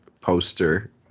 poster